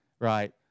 right